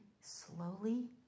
slowly